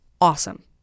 awesome